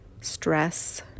stress